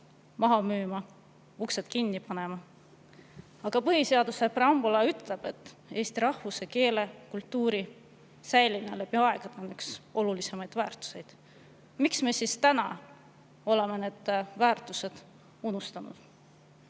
maha müüma, uksed kinni panema. Aga põhiseaduse preambula ütleb, et eesti rahvuse, keele ja kultuuri säilimine läbi aegade on üks kõige olulisemaid väärtuseid. Miks me täna oleme need väärtused unustanud?